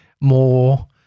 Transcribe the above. more